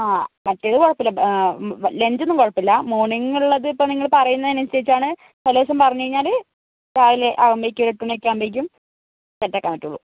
ആ മറ്റേത് കുഴപ്പമില്ല ലഞ്ച് ഒന്നും കുഴപ്പമില്ല മോർണിംഗ് ഉള്ളത് ഇപ്പോൾ നിങ്ങൾ പറയുന്നതിന് അനുസരിച്ചാണ് തലേദിവസം പറഞ്ഞു കഴിഞ്ഞാൽ രാവിലെ ആകുമ്പോഴേക്കും ഒരു എട്ട് മണിയൊക്കെ ആകുമ്പോഴേക്കും സെറ്റ് ആക്കാൻ പറ്റുള്ളൂ